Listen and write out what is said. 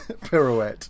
Pirouette